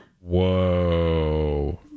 Whoa